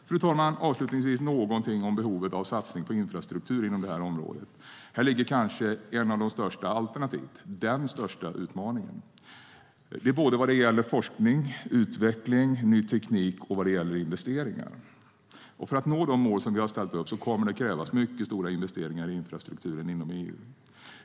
Fru talman! Avslutningsvis ska jag säga någonting om behovet av satsningar på infrastrukturen inom det här området. Här ligger kanske en av de största, alternativt den största, utmaningen. Detta gäller såväl forskning och utveckling som ny teknik och investeringar. För att nå de mål vi ställt upp kommer det att krävas mycket stora investeringar i infrastrukturen inom EU.